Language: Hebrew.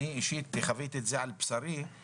אני אישית חוויתי את זה על בשרי כשהבת